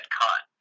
cut